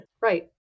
Right